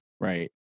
right